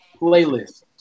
playlist